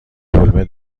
دلمه